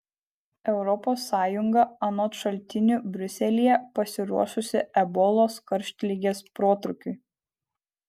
europos sąjunga anot šaltinių briuselyje pasiruošusi ebolos karštligės protrūkiui